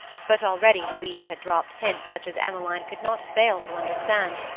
but already louise had dropped hints such as emmeline could not fail to understand,